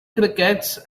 crickets